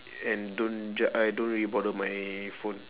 and don't ju~ I don't really bother my phone